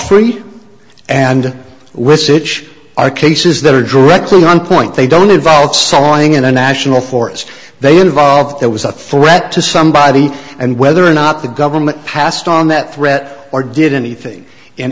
alfre and riseth are cases that are directly one point they don't involve sawing in a national forest they involved there was a threat to somebody and whether or not the government passed on that threat or did anything in